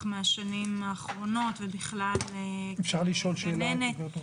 מהשנים האחרונות ובכללץ אפשר לשאול שאלה?